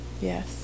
Yes